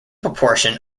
proportion